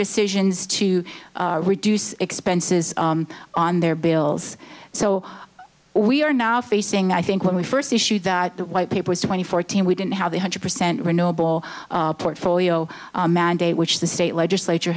decisions to reduce expenses on their bills so we are now facing i think when we first issue that the white paper is twenty fourteen we didn't have a hundred percent renewable portfolio mandate which the state legislature